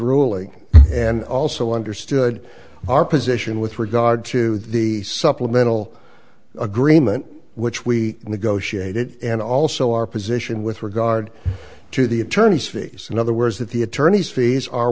ruling and also understood our position with regard to the supplemental agreement which we negotiated and also our position with regard to the attorneys fees in other words that the attorneys fees are